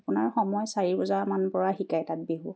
আপোনাৰ সময় চাৰি বজামান পৰা শিকায় তাত বিহু